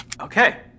Okay